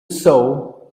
sow